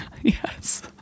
yes